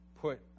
put